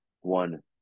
one